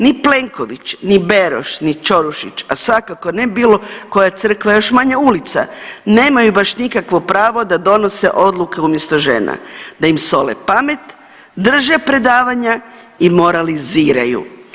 Ni Plenković, ni Beroš, ni Ćorušić, a svakako ne bilo koja Crkva još manje ulica nemaju baš nikakvo pravo da donese odluke umjesto žena, da im sole pamet, drže predavanja i moraliziraju.